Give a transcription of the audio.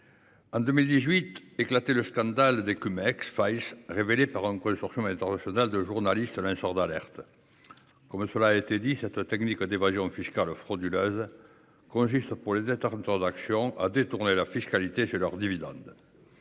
en 2018 éclatait le scandale des, révélé par un consortium international de journalistes lanceurs d'alerte. Comme cela a été dit, cette technique d'évasion fiscale frauduleuse consiste, pour les détenteurs d'actions, à détourner la fiscalité sur leurs dividendes.